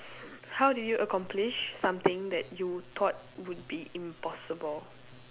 how did you accomplish something that you thought would be impossible